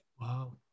wow